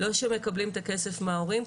לא שמקבלים את הכסף מההורים,